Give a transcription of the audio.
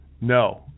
No